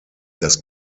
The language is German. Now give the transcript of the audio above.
dass